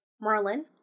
Merlin